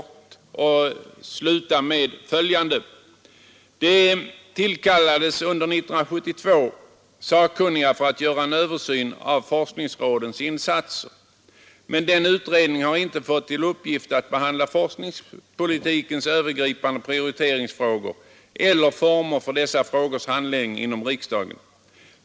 Jag vill därför sluta med att konstatera att det 1972 tillkallades sakkunniga för att göra en översyn av forskningsrådens insatser. Den utredningen har inte fått till uppgift att behandla forskningspolitikens övergripande prioriteringsfrågor eller formerna för dessa frågors handläggning inom riksdagen.